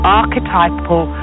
archetypal